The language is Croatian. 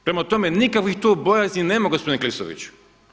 Prema tome, nikakvih tu bojazni nema gospodine Klisoviću.